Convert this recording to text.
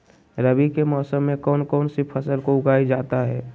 रवि के मौसम में कौन कौन सी फसल को उगाई जाता है?